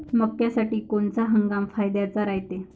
मक्क्यासाठी कोनचा हंगाम फायद्याचा रायते?